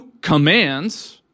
commands